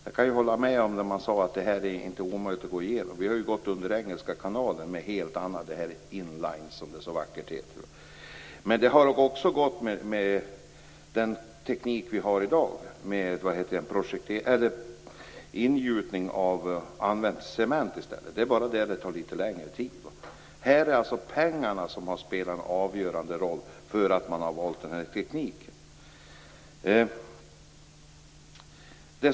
Jag kan hålla med om att det inte är omöjligt att gå igenom Hallandsåsen - man har ju gått under Engelska kanalen. Men det hade kunnat gå med den teknik vi har i dag, nämligen med ingjutning av cement i stället. Men det tar litet längre tid. Här har pengarna spelat en avgörande roll för valet av teknik.